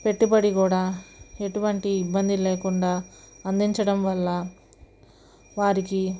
పెట్టుబడి కూడా ఎటువంటి ఇబ్బంది లేకుండా అందించడం వల్ల వారికి